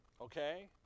okay